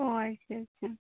ᱚᱸᱻ ᱟᱪᱪᱷᱟ ᱟᱪᱪᱷᱟ